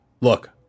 Look